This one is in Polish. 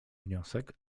wniosek